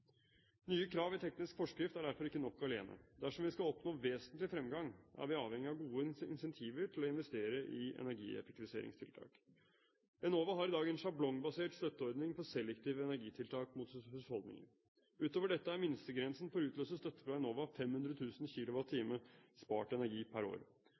Nye krav i teknisk forskrift er derfor ikke nok alene. Dersom vi skal oppnå vesentlig fremgang, er vi avhengig av gode incentiver til å investere i energieffektiviseringstiltak. Enova har i dag en sjablongbasert støtteordning for selektive energitiltak rettet mot husholdninger. Utover dette er minstegrensen for å utløse støtte fra Enova 500 000 kWh spart energi per år.